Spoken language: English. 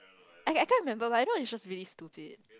I I can't remember but the other one was just really stupid